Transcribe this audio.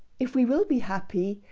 if we will be happy,